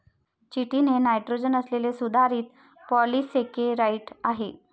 chitin हे nitrogen असलेले सुधारित पॉलिसेकेराइड आहे